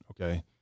okay